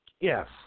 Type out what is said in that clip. Yes